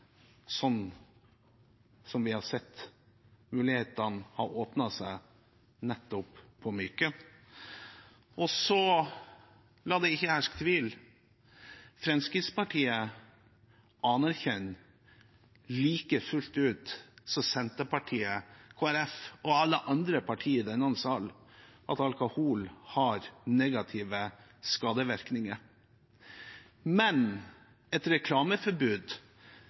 på Myken. La det ikke herske tvil om at Fremskrittspartiet like fullt som Senterpartiet, Kristelig Folkeparti og alle andre partier i denne salen erkjenner at alkohol har negative skadevirkninger. Men et reklameforbud